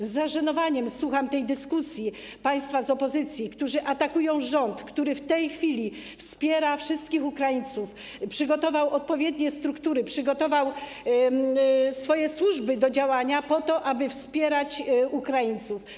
Z zażenowaniem słucham dyskusji państwa z opozycji, którzy atakują rząd, który w tej chwili wspiera wszystkich Ukraińców, przygotował odpowiednie struktury, przygotował służby do działania po to, aby wspierać Ukraińców.